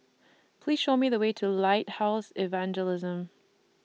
Please Show Me The Way to Lighthouse Evangelism